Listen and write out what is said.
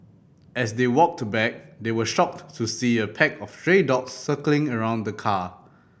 as they walked back they were shocked to see a pack of stray dogs circling around the car